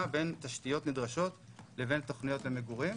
בין תשתיות נדרשות לבין תוכניות למגורים.